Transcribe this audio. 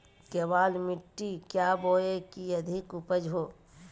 केबाल मिट्टी क्या बोए की अधिक उपज हो?